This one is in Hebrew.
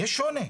יש שוני.